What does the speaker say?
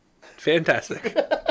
Fantastic